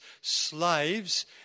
slaves